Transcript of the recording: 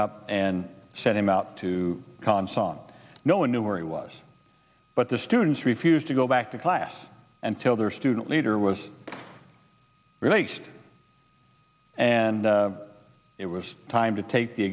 up and sent him out to consol and no one knew where he was but the students refused to go back to class until their student leader was released and it was time to take the